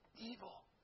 Evil